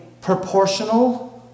proportional